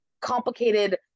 complicated